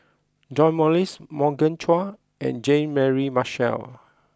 John Morrice Morgan Chua and Jean Mary Marshall